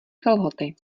kalhoty